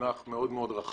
כמונח מאוד רחב,